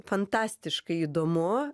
fantastiškai įdomu